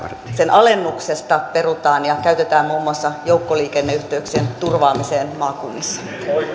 alennuksesta perutaan ja käytetään muun muassa joukkoliikenneyhteyksien turvaamiseen maakunnissa